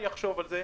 אני אחשוב על זה.